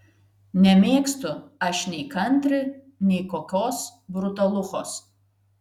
nemėgstu aš nei kantri nei kokios brutaluchos